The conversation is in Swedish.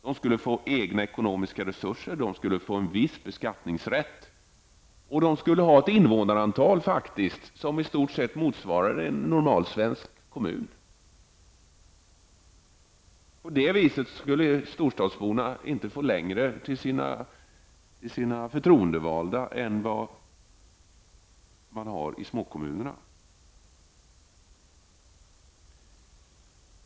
De skulle få egna ekonomiska resurser och en viss beskattningsrätt. Vidare skulle de faktiskt ha ett invånarantal som i stort sett motsvarar vad som gäller i en normal svensk kommun. På det viset skulle storstadsborna inte hamna längre från sina förtroendevalda än man gör i småkommunerna.